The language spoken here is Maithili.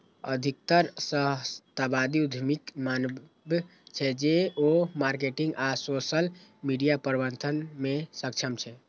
अधिकतर सहस्राब्दी उद्यमीक मानब छै, जे ओ मार्केटिंग आ सोशल मीडिया प्रबंधन मे सक्षम छै